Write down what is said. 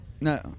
No